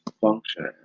function